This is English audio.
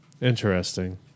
Interesting